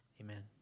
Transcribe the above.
Amen